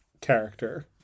character